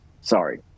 Sorry